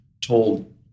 told